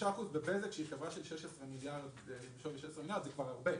5% בבזק שהיא חברה בשווי של 16 מיליארד זה כבר הרבה.